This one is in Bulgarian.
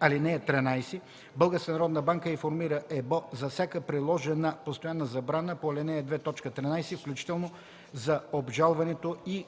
(13) Българската народна банка информира ЕБО за всяка приложена постоянна забрана по ал. 2, т. 13, включително за обжалването й